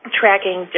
tracking